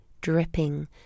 dripping